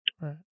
Right